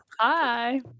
Hi